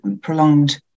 prolonged